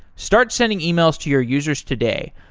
start sending emails to your users today.